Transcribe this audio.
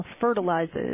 fertilizes